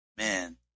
man